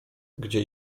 gdzie